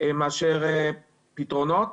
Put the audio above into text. מאשר פתרונות.